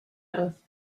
oath